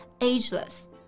ageless